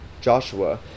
Joshua